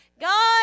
God